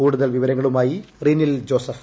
കൂടുതൽ വിവരങ്ങളുമായി റിനൽ ജോസഫ്